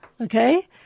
Okay